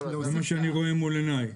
זה מה שאני רואה מול עיניי.